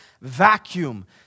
vacuum